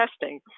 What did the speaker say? testing